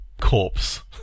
Corpse